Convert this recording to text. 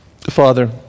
Father